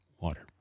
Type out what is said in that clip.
water